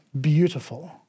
beautiful